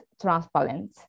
transparent